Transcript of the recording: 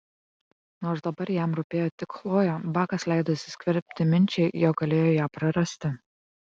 nors dabar jam rūpėjo tik chlojė bakas leido įsiskverbti minčiai jog galėjo ją prarasti